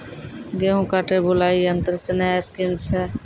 गेहूँ काटे बुलाई यंत्र से नया स्कीम छ?